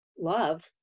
love